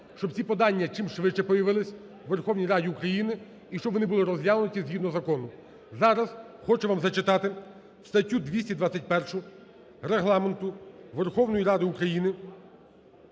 щоб ці подання чимшвидше появились у Верховній Раді України і щоб вони були розглянуті згідно закону. Зараз хочу вам зачитати статтю 221 Регламенту Верховної Ради України,